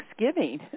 thanksgiving